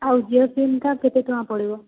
ଆଉ ଜିଓ ସିମ୍ଟା କେତେ ଟଙ୍କା ପଡ଼ିବ